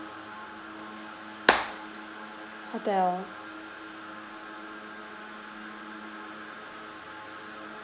hotel